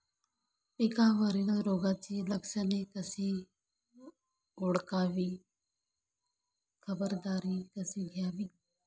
पिकावरील रोगाची लक्षणे कशी ओळखावी, खबरदारी कशी घ्यावी?